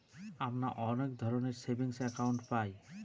আমরা অনেক ধরনের সেভিংস একাউন্ট পায়